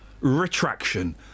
Retraction